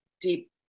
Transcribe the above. deep